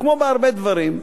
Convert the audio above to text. וכמו בהרבה דברים,